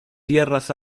tierras